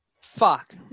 Fuck